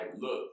look